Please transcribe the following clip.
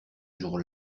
jour